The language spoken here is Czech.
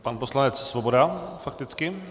Pan poslanec Svoboda, fakticky.